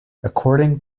according